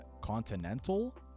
continental